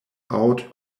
out